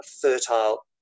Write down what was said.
fertile